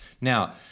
Now